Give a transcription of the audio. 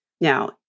Now